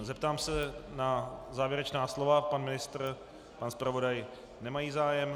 Zeptám se na závěrečná slova pan ministr, pan zpravodaj nemají zájem.